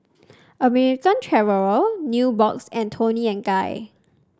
American Traveller Nubox and Toni and Guy